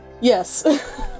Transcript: Yes